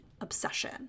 obsession